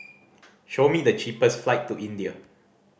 show me the cheapest flight to India